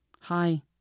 Hi